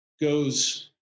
goes